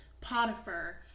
Potiphar